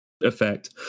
effect